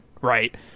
right